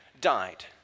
died